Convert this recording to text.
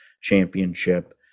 championship